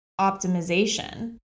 optimization